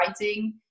writing